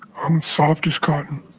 i'm soft as cotton.